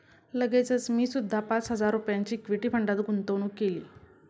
लगेचच मी सुद्धा पाच हजार रुपयांची इक्विटी फंडात गुंतवणूक केली